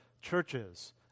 churches